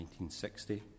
1960